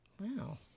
Wow